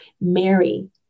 Mary